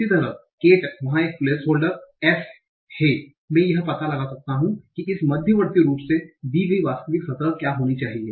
इसी तरह cat वहाँ एक प्लेसहोल्डर s है मैं यह पता लगा सकता हूं कि इस मध्यवर्ती रूप से दी गई वास्तविक सतह क्या होनी चाहिए